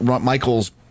Michael's